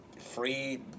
free